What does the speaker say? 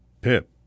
Pip